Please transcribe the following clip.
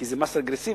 כי זה מס רגרסיבי,